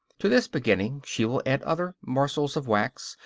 to this beginning she will add other morsels of wax,